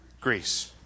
Greece